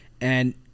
And-